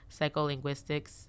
psycholinguistics